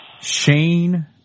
Shane